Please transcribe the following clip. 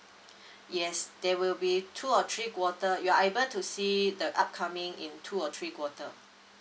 yes there will be two or three quarter you are able to see the upcoming in two or three quarter